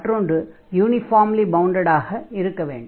மற்றொன்று uniformly bounded ஆக இருக்க வேண்டும்